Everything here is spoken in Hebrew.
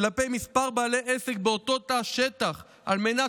כלפי כמה בעלי עסק באותו תא שטח על מנת